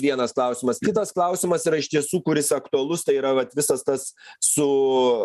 vienas klausimas kitas klausimas yra iš tiesų kuris aktualus tai yra vat visas tas su